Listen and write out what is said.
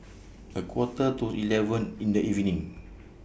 A Quarter to eleven in The evening